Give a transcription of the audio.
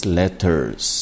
letters